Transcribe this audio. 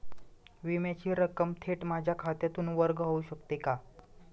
विम्याची रक्कम थेट माझ्या खात्यातून वर्ग होऊ शकते का?